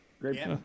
great